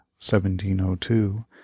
1702